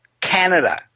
Canada